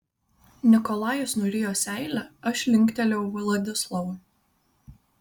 nikolajus nurijo seilę aš linktelėjau vladislovui